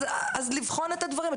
אז לבחון את הדברים.